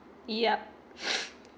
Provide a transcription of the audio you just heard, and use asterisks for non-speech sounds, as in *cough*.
yup *breath*